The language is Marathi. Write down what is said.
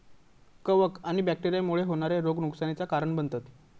कवक आणि बैक्टेरिया मुळे होणारे रोग नुकसानीचा कारण बनतत